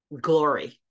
glory